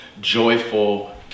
joyful